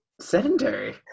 sedentary